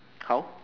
how